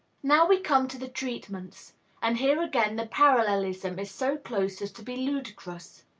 now we come to the treatments and here again the parallelism is so close as to be ludicrous.